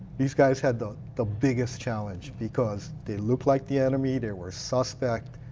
these guys had the the biggest challenge because they looked like the enemy. they were suspect.